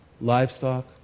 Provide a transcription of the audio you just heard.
livestock